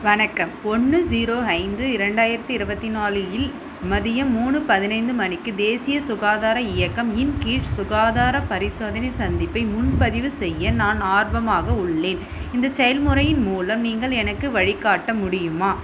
வணக்கம் ஒன்று ஸீரோ ஐந்து இரண்டாயிரத்தி இருபத்தி நாலு இல் மதியம் மூணு பதினைந்து மணிக்கு தேசிய சுகாதார இயக்கம் இன் கீழ் சுகாதார பரிசோதனை சந்திப்பை முன்பதிவு செய்ய நான் ஆர்வமாக உள்ளேன் இந்த செயல்முறையின் மூலம் நீங்கள் எனக்கு வழிகாட்ட முடியுமா